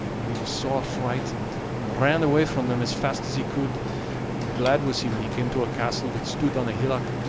and he was sore frightened, and ran away from them as fast as he could and glad was he when he came to a castle that stood on a hillock,